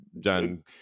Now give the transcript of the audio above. done